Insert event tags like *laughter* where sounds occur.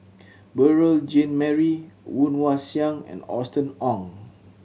*noise* Beurel Jean Marie Woon Wah Siang and Austen Ong